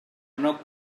una